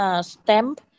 stamp